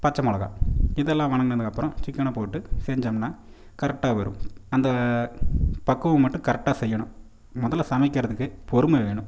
பச்சை மிளகா இதெல்லாம் வதங்குனதுக்கு அப்புறம் சிக்கனை போட்டு செஞ்சோம்னால் கரெக்டாக வரும் அந்த பக்குவம் மட்டும் கரெக்டாக செய்யணும் முதல்ல சமைக்கிறதுக்கு பொறுமை வேணும்